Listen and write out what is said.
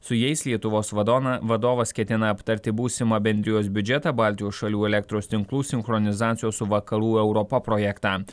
su jais lietuvos vadona vadovas ketina aptarti būsimą bendrijos biudžetą baltijos šalių elektros tinklų sinchronizacijos su vakarų europa projektą